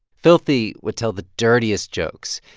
filthy would tell the dirtiest jokes.